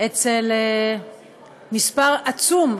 אצל מספר עצום,